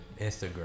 Instagram